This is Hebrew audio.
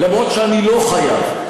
למרות שאני לא חייב.